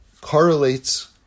correlates